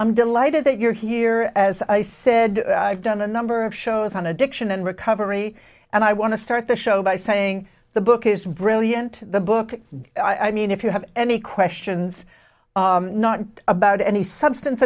i'm delighted that you're here as i said i've done a number of shows on addiction and recovery and i want to start the show by saying the book is brilliant the book i mean if you have any questions not about any substance